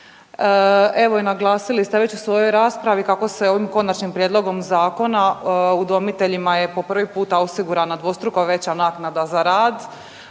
evo i naglasili ste već i u svojoj raspravi kako se ovim konačnim prijedlogom zakona udomiteljima je po prvi puta osigurana dvostruko veća naknada za rad,